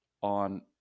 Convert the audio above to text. on